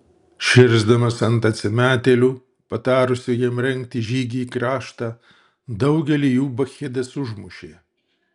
širsdamas ant atsimetėlių patarusių jam rengti žygį į kraštą daugelį jų bakchidas užmušė